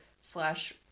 slash